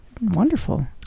wonderful